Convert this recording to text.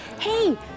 Hey